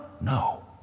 No